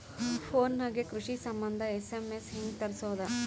Phone ನಾಗೆ ಕೃಷಿ ಸಂಬಂಧ ಎಸ್.ಎಮ್.ಎಸ್ ಹೆಂಗ ತರಸೊದ?